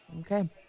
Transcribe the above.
Okay